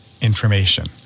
information